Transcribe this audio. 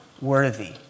worthy